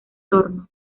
torno